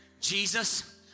Jesus